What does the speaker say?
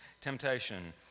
temptation